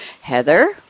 Heather